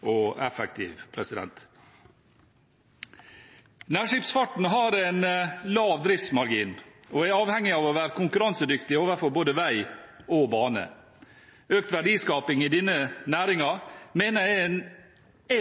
og effektiv. Nærskipsfarten har en lav driftsmargin og er avhengig av å være konkurransedyktig på både vei og bane. Økt verdiskaping i denne næringen mener jeg er